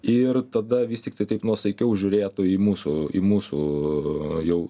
ir tada vis tiktai taip nuosaikiau žiūrėtų į mūsų į mūsų jau